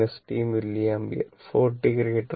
40 0